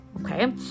Okay